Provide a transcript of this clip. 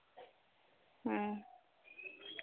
ᱦᱮᱸ